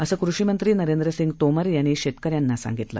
असंकृषीमंत्रीनरेंद्रसिंगतोमरयांनीशेतकऱ्यांनासांगितलं